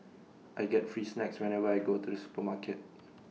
I get free snacks whenever I go to the supermarket